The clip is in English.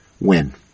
win